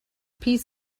piece